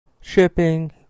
shipping